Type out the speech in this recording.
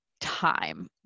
time